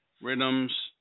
Rhythms